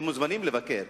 הם מוזמנים לבקר.